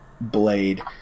blade